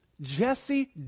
Jesse